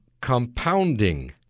compounding